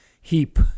heap